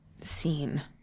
scene